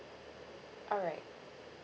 alright